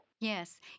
yes